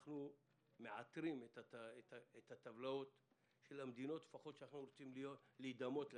אנחנו מעטרים את הטבלאות של המדינות שאנחנו רוצים להידמות להן.